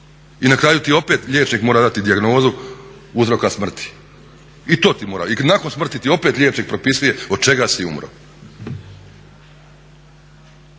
I na kraju ti opet liječnik mora dati dijagnozu uzroka smrti i nakon smrti ti opet liječnik propisuje od čega si umro.